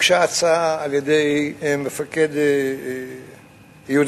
הוגשה הצעה על-ידי מפקד יוניפי"ל,